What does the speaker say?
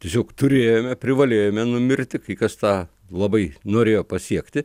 tiesiog turėjome privalėjome numirti kai kas tą labai norėjo pasiekti